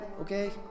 okay